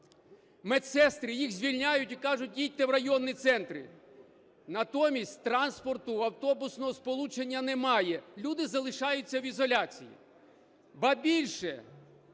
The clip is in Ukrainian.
медсестри. Їх звільняють і кажуть: їдьте в районні центри. Натомість транспорту, автобусного сполучення немає, люди залишаються в ізоляції. Ба більше,